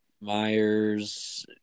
Myers